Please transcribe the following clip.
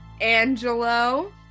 Angelo